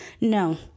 no